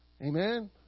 amen